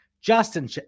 Justin